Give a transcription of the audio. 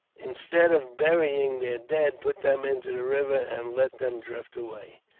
instead of burying their dead, put them into the river and let them drift away.